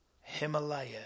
himalaya